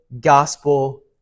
gospel